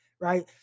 Right